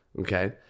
Okay